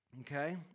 Okay